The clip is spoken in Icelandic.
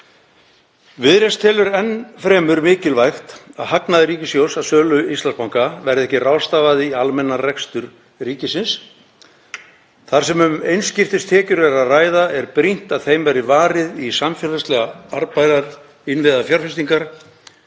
Viðreisn telur enn fremur mikilvægt að hagnaði ríkissjóðs af sölu Íslandsbanka verði ekki ráðstafað í almennan rekstur ríkisins. Þar sem um einskiptistekjur er að ræða er brýnt að þeim verði varið í samfélagslega arðbærar innviðafjárfestingar